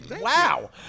wow